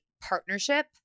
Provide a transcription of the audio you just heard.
partnership